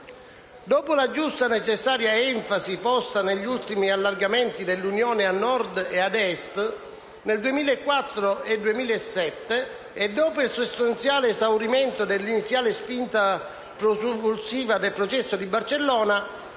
della giusta e necessaria enfasi posta sugli ultimi allargamenti dell'Unione a Nord e a Est, nel 2004 e 2007, e del sostanziale esaurimento dell'iniziale spinta propulsiva del Processo di Barcellona,